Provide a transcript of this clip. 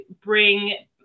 bring